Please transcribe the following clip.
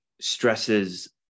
stresses